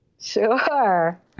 Sure